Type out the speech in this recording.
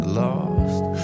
lost